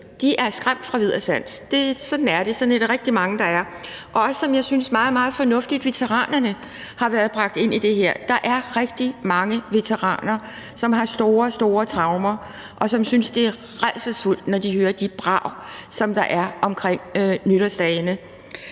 jeg også, at veteranerne, meget, meget fornuftigt, har været bragt ind i det her. Der er rigtig mange veteraner, som har store, store traumer, og som synes det er rædselsfuldt, når de hører de brag, der er i nytårsdagene.